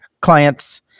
clients